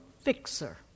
fixer